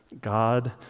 God